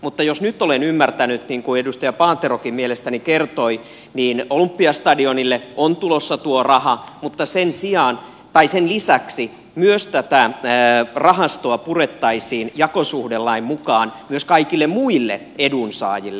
mutta jos nyt olen ymmärtänyt niin kuin edustaja paaterokin mielestäni kertoi olympiastadionille on tulossa tuo raha mutta sen lisäksi tätä rahastoa purettaisiin jakosuhdelain mukaan myös kaikille muille edunsaajille